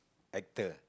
actor